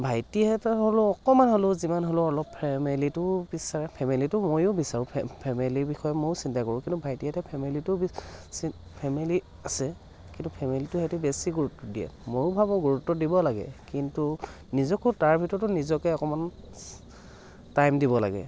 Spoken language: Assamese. ভাইটিহঁতেও হ'লেও অকণমান হ'লেও যিমান হ'লেও অলপ ফেমেলিটোও বিচাৰে ফেমেলিটো ময়ো বিচাৰোঁ ফে ফেমেলিৰ বিষয়ে ময়ো চিন্তা কৰোঁ কিন্তু ভাইটিহঁতে ফেমেলিটো বে ফেমেলি আছে কিন্তু ফেমেলিটো সিহঁতে বেছি গুৰুত্ব দিয়ে মও ভাবোঁ গুৰুত্ব দিব লাগে কিন্তু নিজকো তাৰ ভিতৰতো নিজকে অকণমান টাইম দিব লাগে